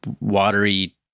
watery